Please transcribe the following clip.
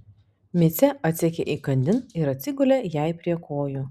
micė atsekė įkandin ir atsigulė jai prie kojų